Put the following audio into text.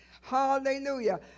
Hallelujah